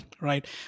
right